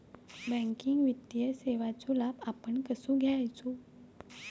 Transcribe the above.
Banking वित्तीय सेवाचो लाभ आपण कसो घेयाचो?